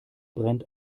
brennt